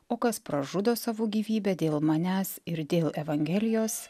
o kas pražudo savo gyvybę dėl manęs ir dėl evangelijos